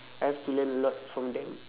I have to learn a lot from them